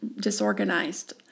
disorganized